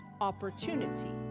opportunity